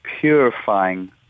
purifying